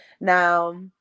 Now